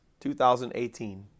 2018